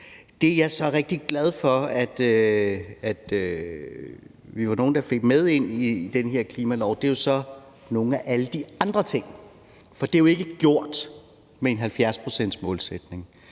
Det, jeg så er rigtig glad for at vi var nogle der fik med ind i den her klimalov, er nogle af de andre ting, for det er jo ikke gjort med en 70-procentsmålsætning.